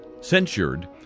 censured